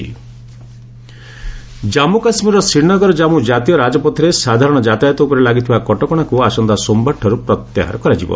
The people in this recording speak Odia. ଜେକେ ହାଇଓ଼େ ଜାମ୍ମୁ କାଶ୍ମୀରର ଶ୍ରୀନଗର ଜାନ୍ଥୁ ଜାତୀୟ ରାଜପଥରେ ସାଧାରଣ ଯାତାୟତ ଉପରେ ଲାଗିଥିବା କଟକଣାକୁ ଆସନ୍ତା ସୋମବାରଠାରୁ ପ୍ରତ୍ୟାହାର କରାଯିବ